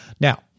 Now